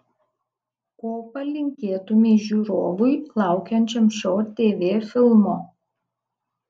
ko palinkėtumei žiūrovui laukiančiam šio tv filmo